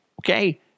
Okay